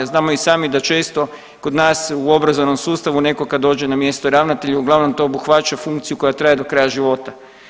Znamo i sami da često kod nas u obrazovnom sustavu netko kad dođe na mjesto ravnatelja uglavnom to obuhvaća funkciju koja traje do kraja života.